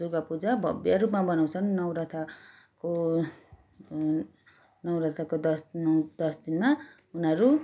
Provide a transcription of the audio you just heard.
दुर्गापूजा भव्य रूपमा मनाउँछन् नवरथाको नवरथाको दस नौ दस दिनमा उनीहरू